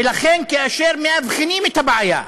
ולכן, כאשר מאבחנים את הבעיה,